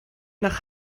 nach